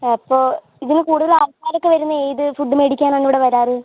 അപ്പോൾ ഇതിൽ കൂടുതൽ ആൾക്കാരൊക്കെ വരുന്നത് ഏത് ഫുഡ് മേടിക്കാനാണ് ഇവിടെ വരാറ്